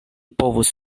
povus